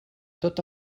tot